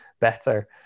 better